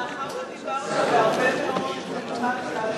מאחר שדיברת בהרבה מאוד אמפתיה,